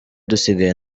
dusigaye